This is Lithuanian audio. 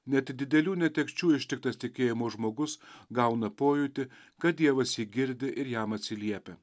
ne tik didelių netekčių ištiktas tikėjimo žmogus gauna pojūtį kad dievas jį girdi ir jam atsiliepia